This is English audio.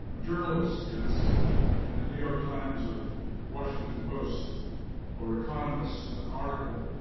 journalist gets in a new york times or washington post or economist article,